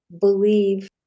believe